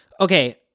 Okay